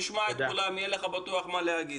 תשמע את כולם ובטוח יהיה לך מה להגיד.